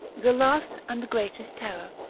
the last and the greatest terror,